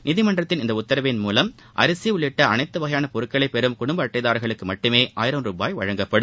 நீதிமன்றத்தின் இந்த உத்தரவின் மூலம் அரிசி உள்ளிட்ட அனைத்து வகையான பொருட்களை பெறும் குடும்ப அட்டைதாரர்களுக்கு மட்டுமே ஆயிரம் ரூபாய் வழங்கப்படும்